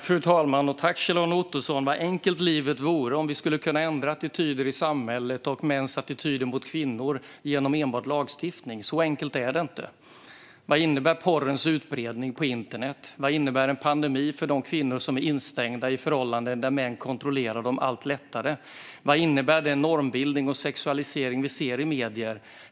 Fru talman! Vad enkelt livet vore om vi skulle kunna ändra attityder i samhället och mäns attityder mot kvinnor genom enbart lagstiftning! Så enkelt är det inte. Vad innebär porrens utbredning på internet? Vad innebär en pandemi för de kvinnor som är instängda i förhållanden där män kontrollerar dem allt lättare? Vad innebär den normbildning och sexualisering vi ser i medier?